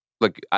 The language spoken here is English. Look